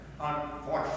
unfortunately